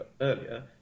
earlier